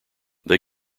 they